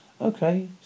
Okay